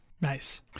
Nice